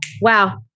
wow